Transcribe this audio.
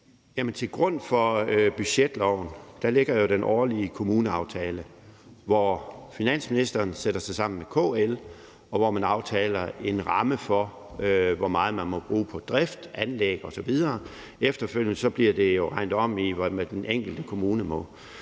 Til grund for budgetloven ligger jo den årlige kommuneaftale, hvor finansministeren sætter sig sammen med KL, og hvor man aftaler en ramme for, hvor meget der må bruges på drift, anlæg osv. Efterfølgende bliver det regnet om til, hvad den enkelte kommune må.